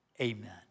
amen